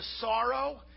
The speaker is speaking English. sorrow